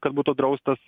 kad būtų draustas